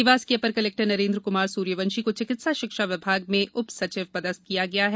देवास के अपर कलेक्टर नरेन्द्र कुमार सूर्यवंशी को चिकित्सा शिक्षा विभाग में उप सचिव पदस्थ किया गया है